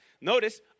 notice